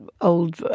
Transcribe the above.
old